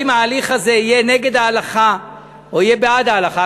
האם ההליך הזה יהיה נגד ההלכה או יהיה בעד ההלכה.